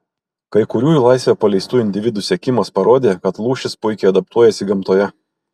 kai kurių į laisvę paleistų individų sekimas parodė kad lūšys puikiai adaptuojasi gamtoje